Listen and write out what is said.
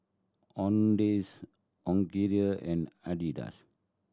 Owndays and Adidas